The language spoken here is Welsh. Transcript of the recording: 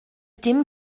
dim